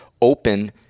open